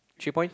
three points